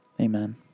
Amen